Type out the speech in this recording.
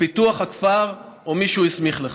ופיתוח הכפר או מי שהוא הסמיך לכך.